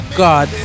god